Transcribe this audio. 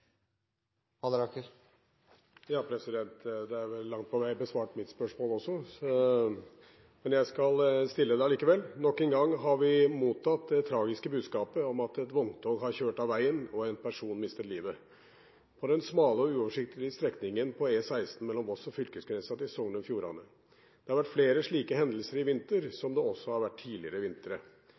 men jeg skal stille det likevel: «Nok en gang har vi mottatt det tragiske budskapet om at et vogntog har kjørt av veien og en person mistet livet på den smale og uoversiktlige strekningen på E16 mellom Voss og fylkesgrensa til Sogn og Fjordane. Det har vært flere slike hendelser i vinter, som det også har vært tidligere